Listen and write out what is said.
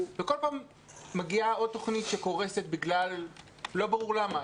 ובכל פעם מגיעה עוד תוכנית שקורסת לא ברור למה,